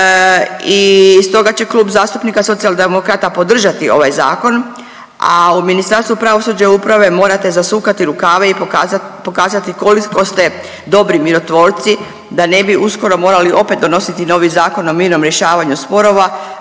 i stoga će Klub zastupnika Socijaldemokrata podržati ovaj zakon, a u Ministarstvu pravosuđa i uprave morate zasukati rukave i pokazati koliko ste dobri mirotvorci da ne bi uskoro morali opet donositi novi Zakon o mirnom rješavanju sporova